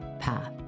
path